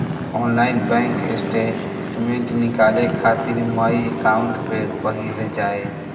online bank statement निकाले खातिर my account पे पहिले जाए